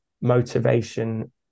motivation